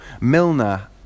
Milner